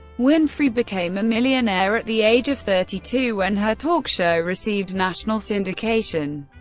winfrey became a millionaire at the age of thirty two when her talk show received national syndication.